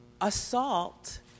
assault